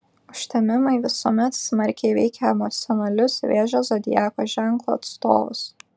užtemimai visuomet smarkiai veikia emocionalius vėžio zodiako ženklo atstovus